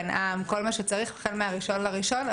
בנא"מ כל מה שצריך עבר אלינו החל מ-1 בינואר.